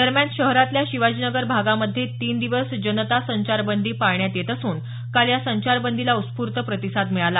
दरम्यान शहरातल्या शिवाजीनगर भागामध्ये तीन दिवस जनता संचारबंदी पाळण्यात येत असून काल या संचारबंदीला उत्स्फूर्त प्रतिसाद मिळाला